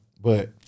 but-